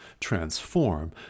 transform